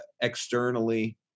externally